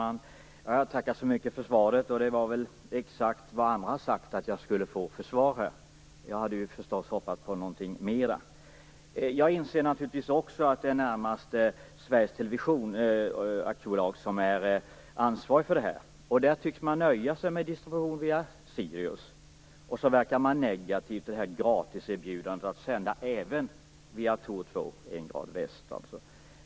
Herr talman! Jag tackar så mycket för svaret. Det var exakt det svar som andra hade sagt att jag skulle få. Själv hade jag hoppats på någonting mera. Också jag inser naturligtvis att det närmast är Sveriges Television AB som är ansvarigt för detta. Där tycks man nöja sig med distribution via Sirius. Sedan verkar man negativt inställd till gratiserbjudandet att sända även via Thor 2, position 1 grad väst.